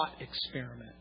experiment